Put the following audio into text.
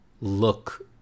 look